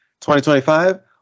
2025